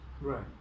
Right